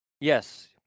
yes